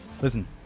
listen